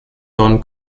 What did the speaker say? don